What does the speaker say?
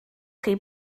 chi